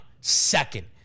second